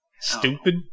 stupid